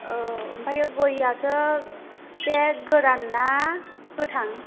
औ ओमफ्राय गयासो बे गोरान ना गोथां